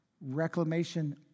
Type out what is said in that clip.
Reclamation